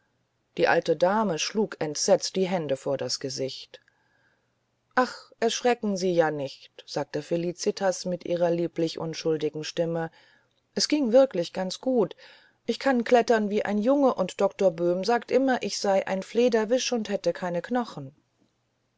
die alte dame schlug entsetzt die hände vor das gesicht ach erschrecken sie ja nicht sagte felicitas mit ihrer lieblich unschuldigen stimme es ging wirklich ganz gut ich kann klettern wie ein junge und doktor böhm sagt immer ich sei ein flederwisch und hätte keine knochen